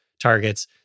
targets